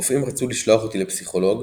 רופאים רצו לשלוח אותי לפסיכולוג,